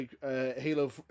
Halo